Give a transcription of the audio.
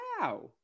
wow